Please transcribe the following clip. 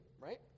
right